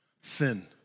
sin